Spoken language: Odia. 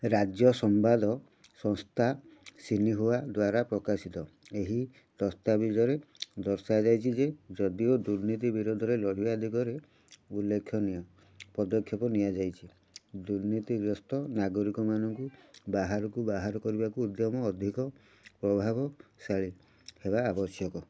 ରାଜ୍ୟ ସମ୍ବାଦ ସଂସ୍ଥା ଶିନ୍ହୁଆ ଦ୍ୱାରା ପ୍ରକାଶିତ ଏହି ଦସ୍ତାବିଜରେ ଦର୍ଶାଯାଇଛି ଯେ ଯଦିଓ ଦୁର୍ନୀତି ବିରୋଧରେ ଲଢ଼ିବା ଦିଗରେ ଉଲ୍ଲେଖନୀୟ ପଦକ୍ଷେପ ନିଆଯାଇଛି ଦୁର୍ନୀତିଗ୍ରସ୍ତ ନାଗରିକମାନଙ୍କୁ ବାହାରକୁ ବାହାର କରିବାକୁ ଉଦ୍ୟମ ଅଧିକ ପ୍ରଭାବଶାଳୀ ହେବା ଆବଶ୍ୟକ